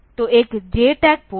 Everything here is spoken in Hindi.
तो एक JTAG पोर्ट है